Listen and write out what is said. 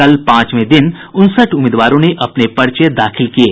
कल पांचवें दिन उनसठ उम्मीदवारों ने अपने पर्चे दाखिल किये